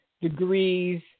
degrees